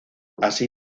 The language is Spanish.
así